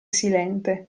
silente